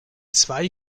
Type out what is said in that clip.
zwei